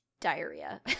diarrhea